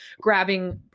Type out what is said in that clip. grabbing